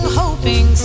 hoping